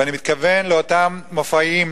ואני מתכוון לאותם מופעים,